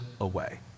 away